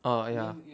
oh ya